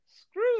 screw